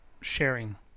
sharing